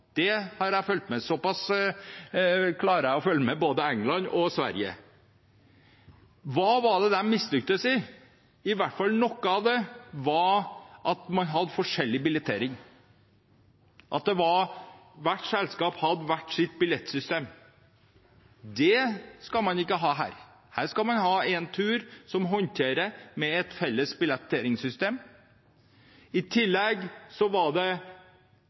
Det har jeg fulgt med på, så pass klarer jeg å følge med på både England og Sverige. Hva var det de mislyktes i? Noe av det var i hvert fall at man hadde forskjellig billettering, at hvert selskap hadde hvert sitt billettsystem. Det skal man ikke ha her. Her skal man ha Entur, som håndterer dette med et felles billetteringssystem. I tillegg var det